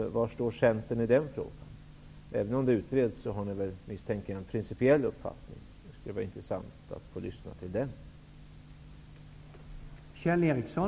Var står Centerpartiet i den frågan? Även om frågan utreds, misstänker jag att ni ändå har en principiell uppfattning. Det skulle vara intressant att få höra den.